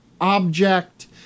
object